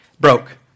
Broke